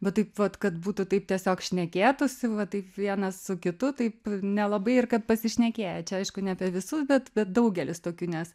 bet taip vat kad būtų taip tiesiog šnekėtųsi va taip vienas su kitu taip nelabai ir kad pasišnekėjo čia aišku ne apie visus bet daugelis tokių nes